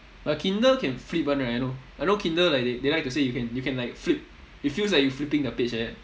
but kindle can flip [one] right I know I know kindle like they they like to say you can you can like flip it feels like you flipping the page like that